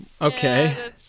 Okay